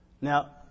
Now